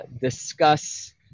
discuss